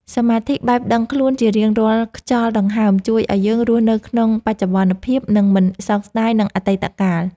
សមាធិបែបដឹងខ្លួនជារៀងរាល់ខ្យល់ដង្ហើមជួយឱ្យយើងរស់នៅក្នុងបច្ចុប្បន្នភាព និង មិនសោកស្តាយនឹងអតីតកាល។